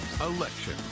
Election